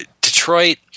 Detroit